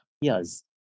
yes